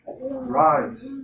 Rise